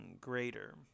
greater